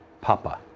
Papa